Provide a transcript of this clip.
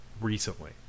recently